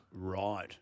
Right